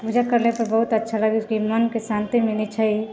पूजा करलासँ बहुत अच्छा लगैत छै मनके शान्ति मिलैत छै